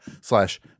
slash